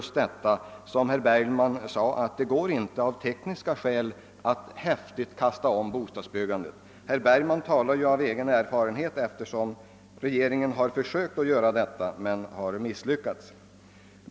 Herr Bergman sade att det av tekniska skäl inte går att häftigt kasta om bostadsbyggandet. Herr Bergman talar därvid av egen erfarenhet, eftersom regeringen har försökt göra detta men misslyckats.